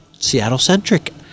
Seattle-centric